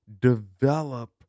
develop